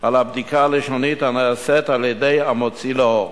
על הבדיקה הלשונית הנעשית על-ידי המוציא לאור.